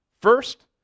First